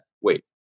wait